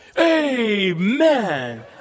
amen